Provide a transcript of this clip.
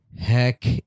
Heck